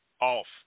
off